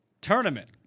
Tournament